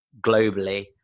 globally